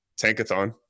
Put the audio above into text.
tankathon